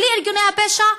בלי ארגוני הפשע,